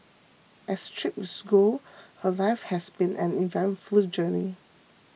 as trips go her life has been an eventful journey